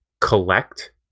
collect